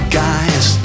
guys